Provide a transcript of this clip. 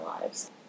lives